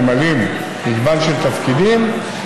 הממלאים ממגוון של תפקידים,